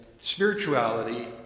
spirituality